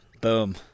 Boom